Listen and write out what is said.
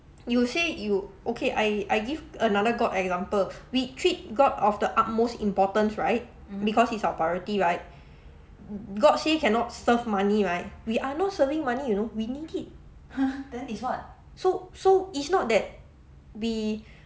you will say you okay I I give another god example we treat god of the utmost importance right because it's our priority right god say cannot serve money right we are not serving money you know we need it so so it's not that we